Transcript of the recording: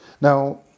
Now